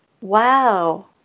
wow